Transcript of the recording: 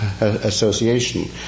association